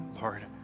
Lord